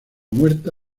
muerta